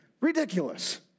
Ridiculous